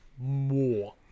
more